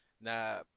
na